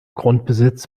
grundbesitz